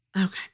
Okay